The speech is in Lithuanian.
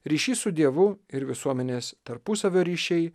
ryšys su dievu ir visuomenės tarpusavio ryšiai